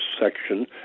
section